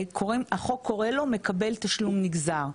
והחוק קורא לו מקבל תשלום נגזר.